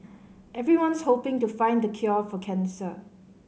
everyone's hoping to find the cure for cancer